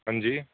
ਹਾਂਜੀ